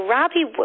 Robbie